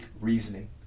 reasoning